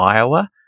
Iowa